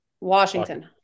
Washington